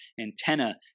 antenna